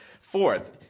Fourth